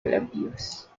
abuse